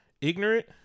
ignorant